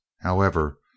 However